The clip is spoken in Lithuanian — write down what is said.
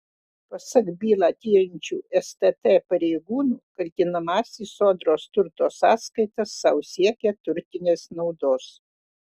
pasak bylą tiriančių stt pareigūnų kaltinamasis sodros turto sąskaita sau siekė turtinės naudos